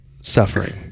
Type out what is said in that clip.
suffering